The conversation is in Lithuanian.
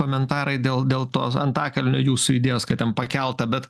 komentarai dėl dėl to antakalnio jūsų idėjos kad ten pakelta bet